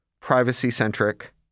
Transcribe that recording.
privacy-centric